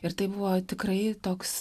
ir tai buvo tikrai toks